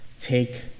Take